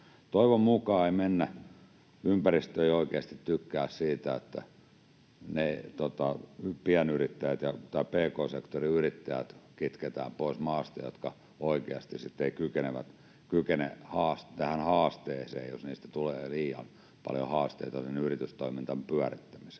Toivon mukaan ei mennä... Ympäristö ei oikeasti tykkää siitä, että ne pienyrittäjät tai pk-sektorin yrittäjät kitketään pois maasta, ne, jotka oikeasti sitten eivät kykene tähän haasteeseen, jos niistä tulee liian paljon haasteita sen yritystoiminnan pyörittämiseen.